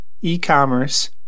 e-commerce